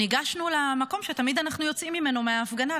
ניגשנו למקום שתמיד אנחנו יוצאים ממנו מההפגנה,